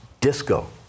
disco